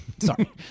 Sorry